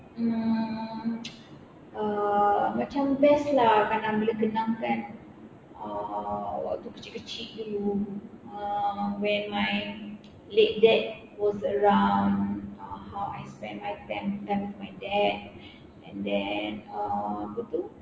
mm uh macam best lah kadang bila kenangkan uh waktu kecil-kecil dulu uh when my late dad was around ah how I spent my time with my dad and then uh apa tu